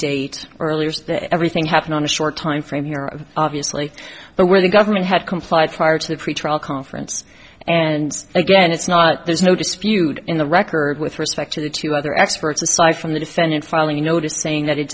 date earlier everything happened on a short time frame here obviously but where the government had complied prior to the pretrial conference and again it's not there's no dispute in the record with respect to two other experts aside from the defendant filing a notice saying that